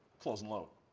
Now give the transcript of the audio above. close and load.